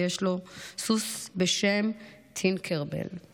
ויש לו סוס בשם "טינקרבל";